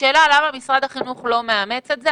השאלה למה משרד החינוך לא מאמץ את זה?